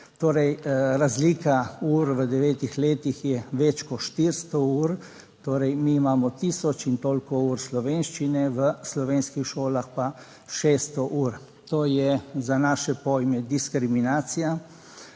Torej razlika ur v devetih letih je več kot 400 ur, torej mi imamo tisoč in toliko ur slovenščine, v slovenskih šolah pa 600 ur. To je za naše pojme diskriminacija,